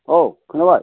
औ खोनाबाय